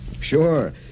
Sure